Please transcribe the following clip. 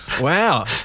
Wow